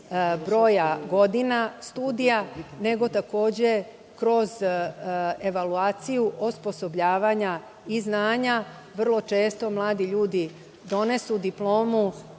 broja godina studija, nego takođe kroz evaluaciju osposobljavanja i znanja. Vrlo često mladi ljudi donesu diplomu